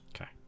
Okay